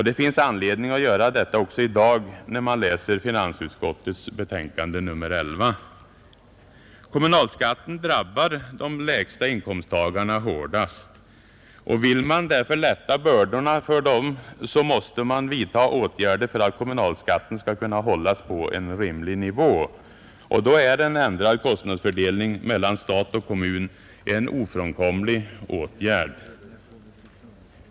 Det finns anledning att göra detta också i dag när man läser finansutskottets betänkande nr 11. Kommunalskatten drabbar människor med de lägsta inkomsterna hårdast. Vill man därför lätta bördorna för dem måste man vidta åtgärder för att kommunalskatten skall kunna hållas på en rimlig nivå. Då är en ändrad kostnadsfördelning mellan stat och kommun en ofrånkomlig åtgärd.